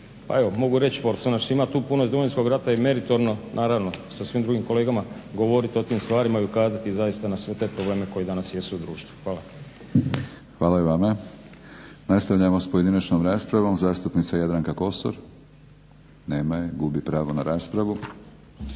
pa evo mogu reć pošto nas ima tu puno iz Domovinskog rata i meritorno, naravno sa svim drugim kolegama govorit o tim stvarima i ukazati zaista na sve te probleme koji danas jesu u društvu. Hvala. **Batinić, Milorad (HNS)** Hvala i vama. Nastavljamo s pojedinačnom raspravom. Zastupnica Jadranka Kosor. Nema je? Gubi pravo na raspravu.